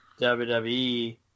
WWE